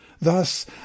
Thus